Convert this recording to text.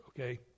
okay